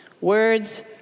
words